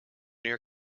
near